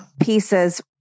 pieces